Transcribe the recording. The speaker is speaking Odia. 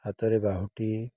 ହାତରେ ବାହୁଟି